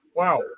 wow